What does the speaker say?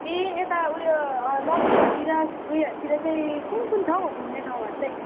ए यता ऊ यो लप्चूहरूतिर ऊ योहरूतिर चाहिँ कुन कुन छ हौ घुम्ने ठाउँहरू चाहिँ